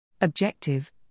Objective